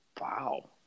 Wow